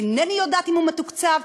אינני יודעת אם הוא מתוקצב,